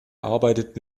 arbeitet